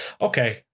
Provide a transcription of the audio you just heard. okay